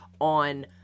on